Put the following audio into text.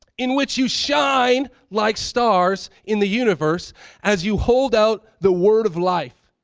in which you shine like stars in the universe as you hold out the word of life.